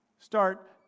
start